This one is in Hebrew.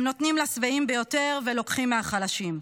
הם נותנים לשבעים ביותר ולוקחים מהחלשים.